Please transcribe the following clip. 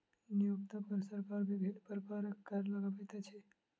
नियोक्ता पर सरकार विभिन्न प्रकारक कर लगबैत अछि